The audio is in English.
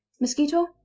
Mosquito